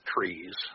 trees